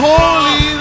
Holy